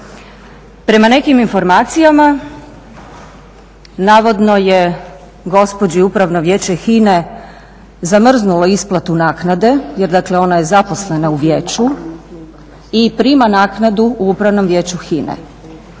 Prema nekim informacijama navodno je gospođi Upravo vijeće HINA-e zamrznulo isplatu naknade, jer dakle ona je zaposlena u vijeću i prima naknadu u Upravnom vijeću HINA-e.